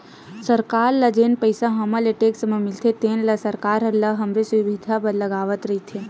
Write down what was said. सरकार ल जेन पइसा हमर ले टेक्स म मिलथे तेन ल सरकार ह हमरे सुबिधा बर लगावत रइथे